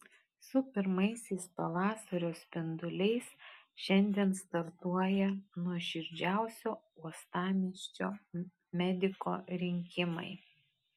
su pirmaisiais pavasario spinduliais šiandien startuoja nuoširdžiausio uostamiesčio mediko rinkimai